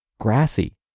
grassy